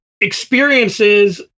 experiences